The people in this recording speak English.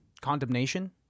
condemnation